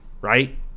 Right